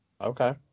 Okay